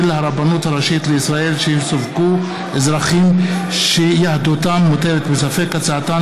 הרבנות הראשית לישראל שיסווגו אזרחים שיהדותם מוטלת בספק,